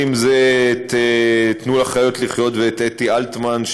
אם זה "תנו לחיות לחיות" ואתי אלטמן,